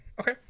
Okay